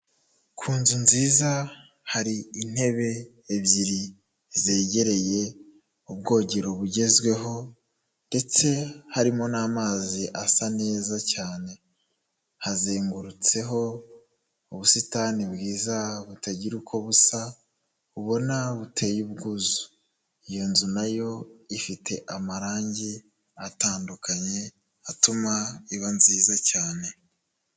Ku nzu nziza hari intebe ebyiri zegereye ubwogero bugezweho ndetse harimo n'amazi asa neza cyane, hazengurutseho ubusitani bwiza butagira uko busa ubona buteye ubwuzu, iyo nzu na yo ifite amarangi atandukanye atuma iba nziza cyane.